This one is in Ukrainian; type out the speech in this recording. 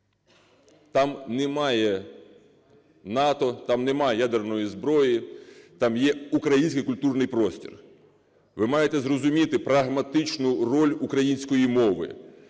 Там немає НАТО, там немає ядерної зброї, там є український культурний простір. Ви маєте зрозуміти прагматичну роль української мови.